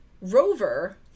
rover